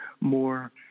more